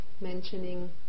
mentioning